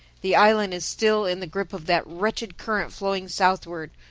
the island is still in the grip of that wretched current flowing southward.